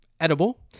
edible